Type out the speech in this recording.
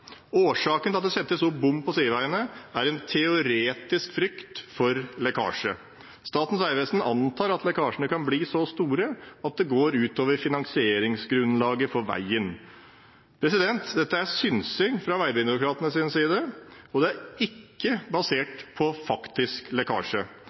Årsaken til at det settes opp bom på sideveiene, er en teoretisk frykt for lekkasje. Statens vegvesen antar at lekkasjene kan bli så store at det går ut over finansieringsgrunnlaget for veien. Dette er synsing fra veibyråkratenes side, og det er ikke basert på faktisk lekkasje.